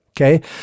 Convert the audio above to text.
Okay